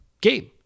game